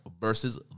versus